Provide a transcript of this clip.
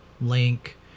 link